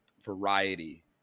variety